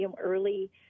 early